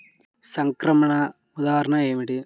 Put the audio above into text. సంక్రమణ ఉదాహరణ ఏమిటి?